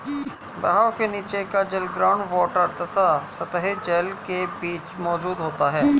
बहाव के नीचे का जल ग्राउंड वॉटर तथा सतही जल के बीच मौजूद होता है